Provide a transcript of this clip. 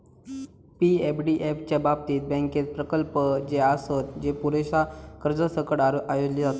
पी.एफडीएफ च्या बाबतीत, बँकेत प्रकल्प जे आसत, जे पुरेशा कर्जासकट आयोजले जातत